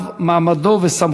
קידום ההוראה וּמעמד המורה בישראל.